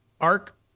arc